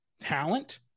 talent